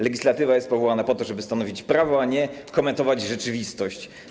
Legislatywa jest powołana po to, żeby stanowić prawo, a nie komentować rzeczywistość.